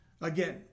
Again